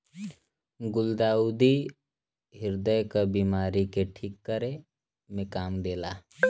गुलदाउदी ह्रदय क बिमारी के ठीक करे में काम देला